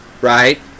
right